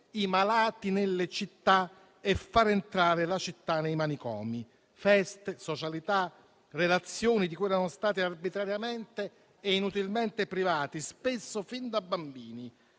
i malati nelle città e far entrare la città nei manicomi; feste, socialità, relazioni di cui erano stati arbitrariamente e inutilmente privati, spesso fin da bambini,